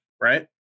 right